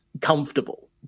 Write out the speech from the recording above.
comfortable